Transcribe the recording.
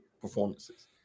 performances